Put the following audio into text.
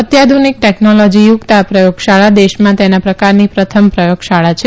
અત્યાધુનીક technology યુકત આ પ્રયોગશાળા દેશમાં તેના પ્રકારની પ્રથમ પ્રથોગશાળા છે